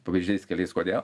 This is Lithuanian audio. pavyzdžiais keliais kodėl